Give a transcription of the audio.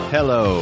Hello